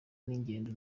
n’ingendo